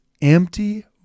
empty